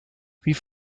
wie